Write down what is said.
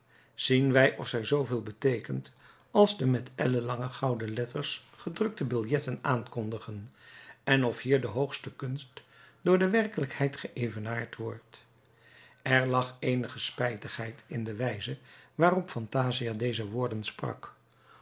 zien wij of zij zooveel beteekent als de met ellen lange gouden letters gedrukte biljetten aankondigen en of hier de hoogste kunst door de werkelijkheid geëvenaard wordt er lag eenige spijtigheid in de wijze waarop phantasia deze woorden sprak